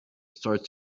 start